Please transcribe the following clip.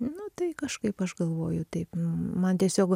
nu tai kažkaip aš galvoju taip man tiesiog